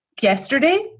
yesterday